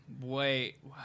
wait